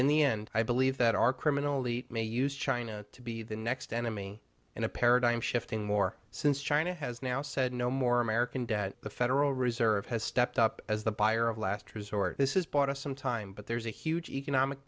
in the end i believe that our criminally may use china to be the next enemy in a paradigm shifting more since china has now said no more american debt the federal reserve has stepped up as the buyer of last resort this is bought us some time but there's a huge economic